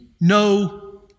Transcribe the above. no